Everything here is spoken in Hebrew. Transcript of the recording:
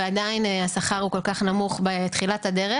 ועדיין השכר הוא כל כך נמוך בתחילת הדרך?